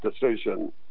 decision